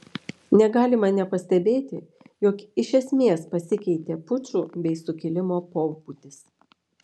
negalima nepastebėti jog iš esmės pasikeitė pučų bei sukilimo pobūdis